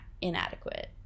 inadequate